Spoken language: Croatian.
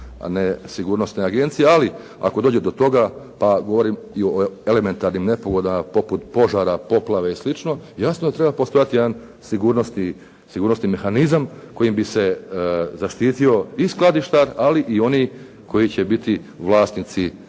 a ne sigurnosne agencije. Ali, ako dođe do toga, pa govorim i o elementarnim nepogodama poput požara, poplave i slično jasno da treba postojati jedan sigurnosni mehanizam kojim bi se zaštitio i skladištar, ali i oni koji će biti vlasnici